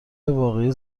واقعی